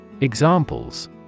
Examples